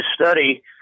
study